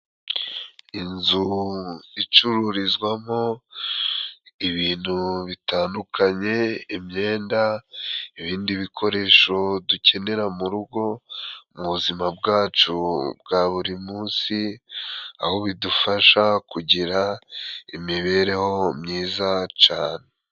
Inzu icururizwamo ibintu bitandukanye: imyenda, ibindi bikoresho dukenera mu rugo, mu buzima bwacu bwa buri munsi, aho bidufasha kugira imibereho myiza cane.